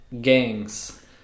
gangs